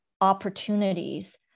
opportunities